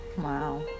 Wow